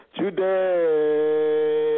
today